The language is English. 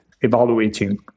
evaluating